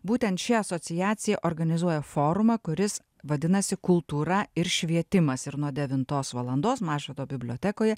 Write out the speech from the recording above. būtent ši asociacija organizuoja forumą kuris vadinasi kultūra ir švietimas ir nuo devintos valandos mažvydo bibliotekoje